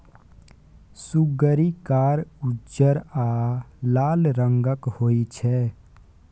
सुग्गरि कार, उज्जर आ लाल रंगक होइ छै